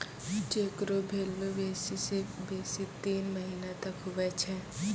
cheque रो value बेसी से बेसी तीन महीना तक हुवै छै